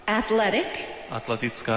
athletic